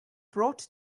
brought